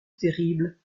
terrible